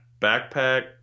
backpack